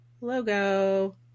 logo